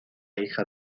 hija